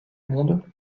monde